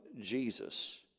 Jesus